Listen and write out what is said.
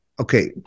Okay